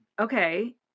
okay